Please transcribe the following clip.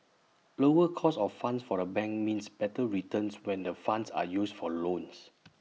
lower cost of funds for A bank means better returns when the funds are used for loans